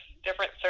different